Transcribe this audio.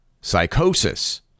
psychosis